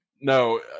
No